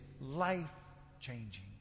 life-changing